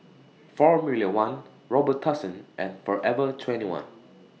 Formula one Robitussin and Forever twenty one